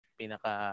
pinaka